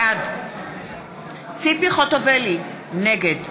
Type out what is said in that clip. בעד ציפי חוטובלי, נגד